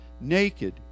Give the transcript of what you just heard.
Naked